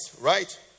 right